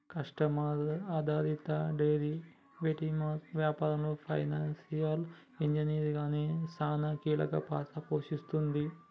customer ఆధారిత derivatives వ్యాపారంలో financial engineering అనేది సానా కీలక పాత్ర పోషిస్తుంది